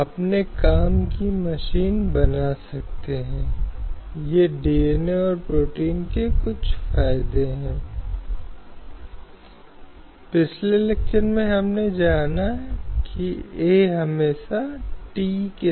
वे दिशा निर्देश की तरह हैं जैसा कि मैंने कहा या जो लक्ष्य हैं जो राज्य को एक समय की अवधि में प्राप्त होने चाहिए